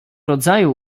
rodzaju